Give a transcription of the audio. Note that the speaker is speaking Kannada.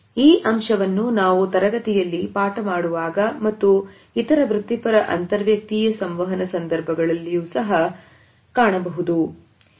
ಈ ಅಂಶವನ್ನು ನಾವು ತರಗತಿಯಲ್ಲಿ ಪಾಠ ಮಾಡುವಾಗ ಮತ್ತು ಇತರ ವೃತ್ತಿಪರ ಅಂತರ್ ವ್ಯಕ್ತಿಯ ಸಂವಹನ ಸಂದರ್ಭಗಳಲ್ಲಿಯೂ ಸಹ ಈ ಪ್ರವೃತ್ತಿಗಳನ್ನು ಕಾಣಬಹುದು